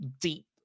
deep